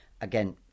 again